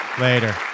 Later